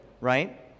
right